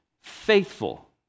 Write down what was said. Faithful